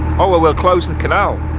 oh, well we'll close the canal